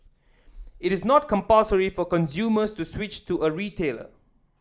it is not compulsory for consumers to switch to a retailer